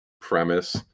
premise